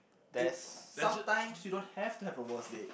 there's sometimes you don't have to have a worse date